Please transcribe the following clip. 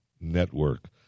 Network